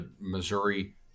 Missouri